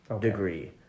degree